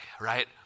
Right